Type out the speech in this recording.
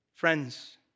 Friends